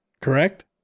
correct